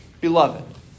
beloved